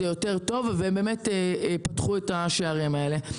יותר טוב והם באמת פתחו את השערים האלה.